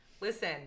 listen